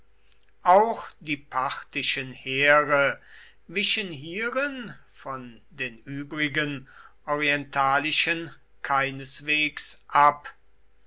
auch die parthischen heere wichen hierin von den übrigen orientalischen keineswegs ab